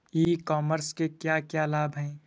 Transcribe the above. ई commerce के क्या क्या लाभ हैं?